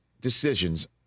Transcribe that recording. decisions